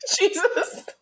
Jesus